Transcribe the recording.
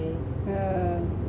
yeah